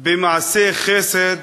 במעשי חסד,